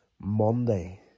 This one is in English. Monday